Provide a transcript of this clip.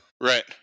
Right